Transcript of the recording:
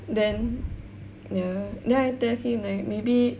then ya then I tell him like maybe